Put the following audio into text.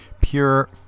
pure